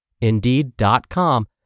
Indeed.com